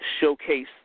showcase